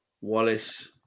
Wallace